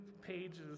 pages